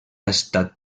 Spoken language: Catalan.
estat